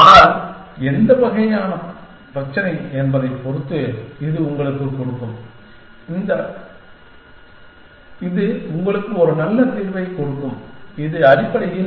ஆனால் இது எந்த வகையான பிரச்சினை என்பதைப் பொறுத்து இது உங்களுக்குக் கொடுக்கும் இது உங்களுக்கு ஒரு நல்ல தீர்வைக் கொடுக்கும் அடிப்படையில்